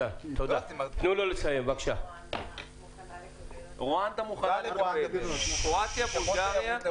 מוכנים לקבל אותנו רק בקרואטיה, בולגריה,